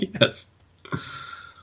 Yes